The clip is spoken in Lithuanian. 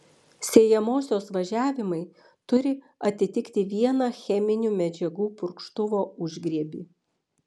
sėjamosios važiavimai turi atitikti vieną cheminių medžiagų purkštuvo užgriebį